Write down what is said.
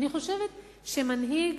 אני חושבת שמנהיג